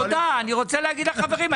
תודה, אני רוצה להגיד לחברים.